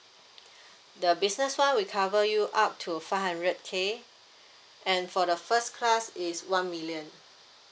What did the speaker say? the business [one] we cover you up to five hundred K and for the first class is one million